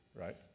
right